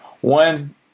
One